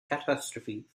catastrophe